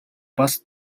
бас